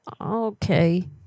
Okay